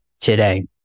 today